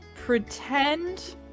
pretend